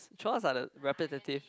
chores are the repetitive